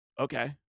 Okay